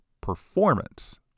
performance